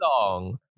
song